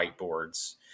whiteboards